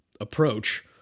approach